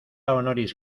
honoris